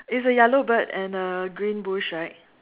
it's a yellow bird and a green bush right